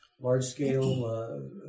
large-scale